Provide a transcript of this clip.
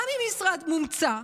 גם עם משרד מומצא,